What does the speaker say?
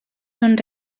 són